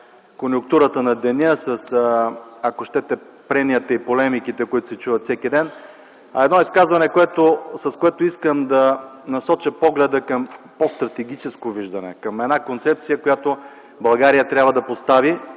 конюнктурата на деня, ако щете, с пренията и полемиките, които се чуват всеки ден, а едно изказване, с което искам да насоча погледа към по-стратегическо виждане, към една концепция, която България трябва да постави,